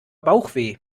bauchweh